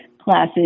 Classes